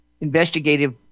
investigative